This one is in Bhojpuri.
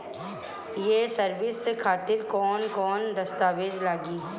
ये सर्विस खातिर कौन कौन दस्तावेज लगी?